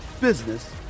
business